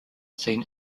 seen